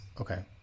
Okay